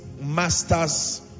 masters